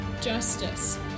justice